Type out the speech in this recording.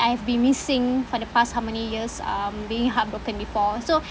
I have been missing for the past how many years um being heartbroken before so